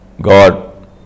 God